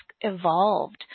evolved